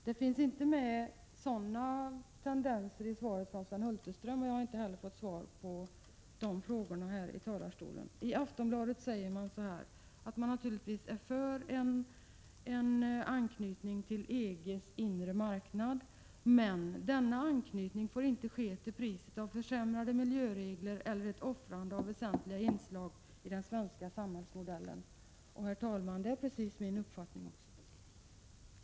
Det finns inte med några sådana tendenser i Sven Hulterströms svar, och jag har inte heller fått svar på mina frågor om detta här i kammaren. I Aftonbladet står det att man naturligtvis är för en anknytning till EG:s ”inre marknad”. ”Men denna anknytning får inte ske till priset av försämrade miljöregler eller ett offrande av väsentliga inslag i den svenska samhällsmodellen.” Herr talman! Det är precis min uppfattning också.